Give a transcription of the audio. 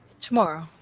Tomorrow